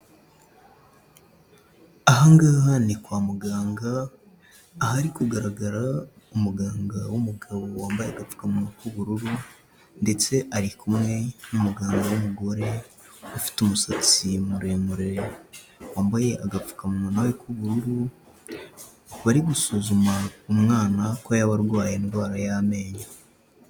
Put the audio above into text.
Aha ngaha ni kwa muganga ahari kugaragara umuganga w'umugabo wambaye agapfukamunwa k'ubururu, ndetse ari kumwe n'umuganga w'umugore ufite umusatsi muremure wambaye agapfukamunwa nawe k'ubururu, bari gusuzuma umwana ko yaba arwaye indwara y'amenyo.